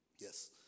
Yes